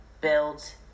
build